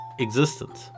existence